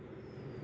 ᱥᱤᱨᱤᱧᱟᱹᱧ